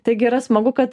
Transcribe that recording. taigi yra smagu kad